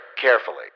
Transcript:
carefully